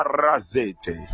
razete